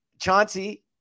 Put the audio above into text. Chauncey